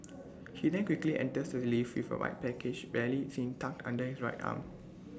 he then quickly enters the lift with A white package barely seen tucked under his right arm